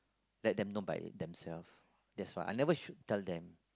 let them know by themself that's why I never should tell them